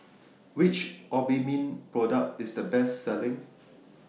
Which Obimin Product IS The Best Selling